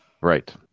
right